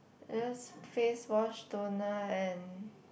I just face wash toner and